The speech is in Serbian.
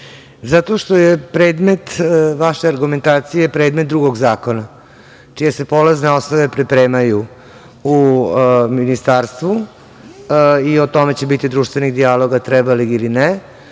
Zato što je predmet vaše argumentacije predmet drugog zakona čije se polazne osnove pripremaju u ministarstvu i o tome će biti društvenih dijaloga treba li ili ne.